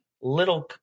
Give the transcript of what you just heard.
little